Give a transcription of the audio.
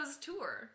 tour